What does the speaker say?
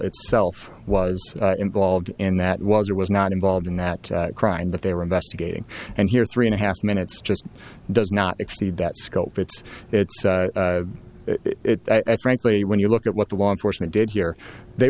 itself was involved in that was or was not involved in that crime that they were investigating and here three and a half minutes just does not exceed that scope it's it's frankly when you look at what the law enforcement did here they